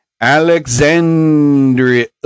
alexandria